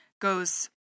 goes